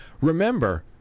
Remember